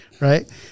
Right